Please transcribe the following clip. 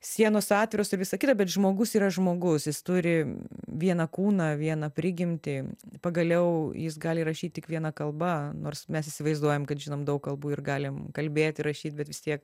sienos atviros ir visa kita bet žmogus yra žmogus jis turi vieną kūną vieną prigimtį pagaliau jis gali rašyt tik viena kalba nors mes įsivaizduojam kad žinom daug kalbų ir galim kalbėt ir rašyt bet vis tiek